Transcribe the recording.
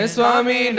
Swami